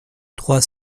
trois